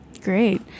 Great